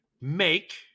make